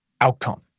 outcome